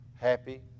happy